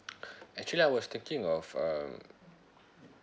actually I was thinking of um